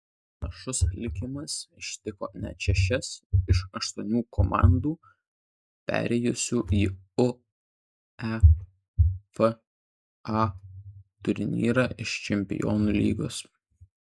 panašus likimas ištiko net šešias iš aštuonių komandų perėjusių į uefa turnyrą iš čempionų lygos